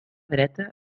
dreta